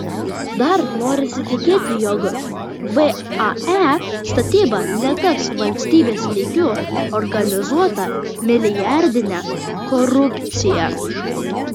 dar norisi tikėti jog vae statyba netaps valstybės lygiu organizuota milijardine korupcija